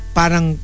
parang